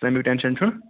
تَمیُک ٹیٚنشن چھُنہٕ